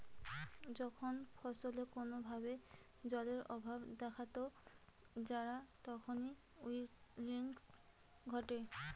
যখন ফসলে কোনো ভাবে জলের অভাব দেখাত যায় তখন উইল্টিং ঘটে